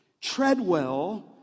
Treadwell